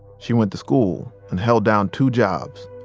she went to school and held down two jobs.